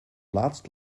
laatst